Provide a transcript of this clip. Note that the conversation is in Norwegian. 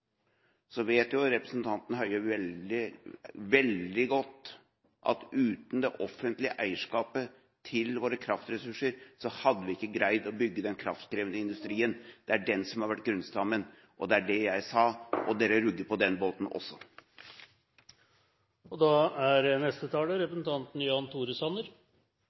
så vet jo representanten Høie veldig, veldig godt at uten det offentlige eierskapet til våre kraftressurser, hadde vi ikke greid å bygge den kraftkrevende industrien. Det er den som har vært grunnstammen. Det var det jeg sa – og dere rugger på den båten også. Representanten Jan Tore Sanner